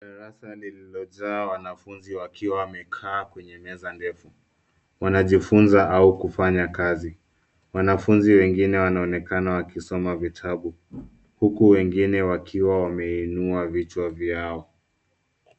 Darasa lililojaa wanafunzi wakiwa wamekaa kwenye meza ndefu. Wanajifunza au kufanya kazi. Wanafunzi wengine wanaonekana wakisoma vitabu huku wengine wakiwa wameinua vichwa vyao.